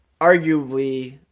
arguably